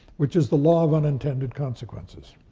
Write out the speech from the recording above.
which is the law of unintended consequences.